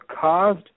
caused